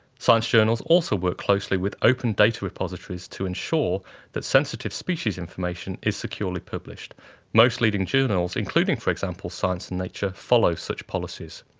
science journals also work closely with open data repositories to ensure that sensitive species information is securely published most leading journals, including for example science and nature, follow such policies.